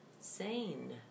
sane